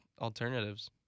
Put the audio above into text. alternatives